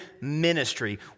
ministry